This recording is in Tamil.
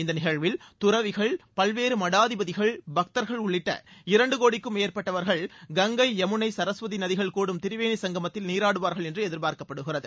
இந்த நிகழ்வில் தறவிகள் பல்வேறு மடாதிபதிகள் பக்தர்கள் உள்ளிட்ட இரண்டு கோடிக்குமள் மேற்பட்டவர்கள் கங்கை யமுனை சரஸ்வதி நதிகள் கூடும் திரிவேணி சங்கமத்தில் நீராடுவார்கள் என்று எதிர்பார்க்கப்படுகிறது